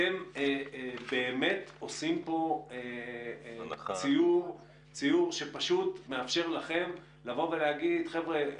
אתם באמת עושים פה ציור שפשוט מאפשר לכם לבוא ולהגיד: חבר'ה,